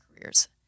careers